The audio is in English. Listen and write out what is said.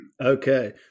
Okay